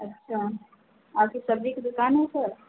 अच्छा आपकी सब्ज़ी की दुकान है सर